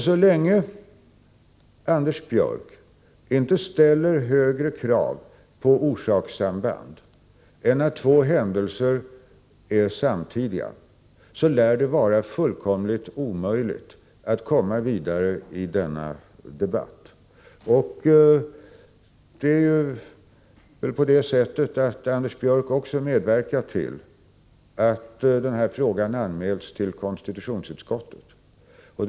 Så länge Anders Björck inte ställer högre krav på orsakssamband än att två händelser är samtidiga, lär det vara fullkomligt omöjligt att komma vidare i denna debatt. Anders Björck har väl medverkat till att denna fråga har anmälts till konstitutionsutskottet.